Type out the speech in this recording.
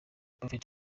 buffett